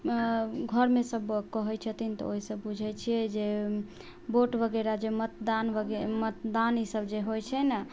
घरमे सभ कहै छथिन तऽ ओहिसँ बुझै छियै जे वोट वगैरह जे मतदान वगै जे मतदान ई सभ जे होइ छै ने